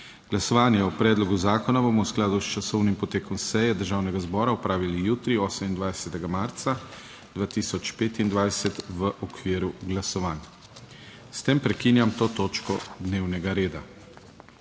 Glasovanje o predlogu zakona bomo v skladu s časovnim potekom seje Državnega zbora opravili jutri, 28. marca 2025, v okviru glasovanj. S tem prekinjam to točko dnevnega reda.